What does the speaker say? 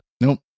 nope